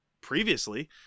previously